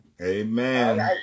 Amen